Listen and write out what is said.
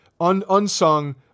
Unsung